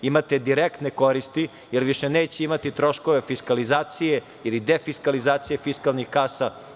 Imate direktne koristi, jer više neće imati troškove fiskalizacije ili defiskalizacije fiskalnih kasa.